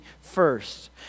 first